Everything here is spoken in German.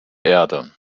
erde